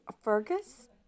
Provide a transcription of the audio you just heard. Fergus